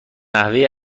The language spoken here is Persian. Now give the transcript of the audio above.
نحوه